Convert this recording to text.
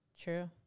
true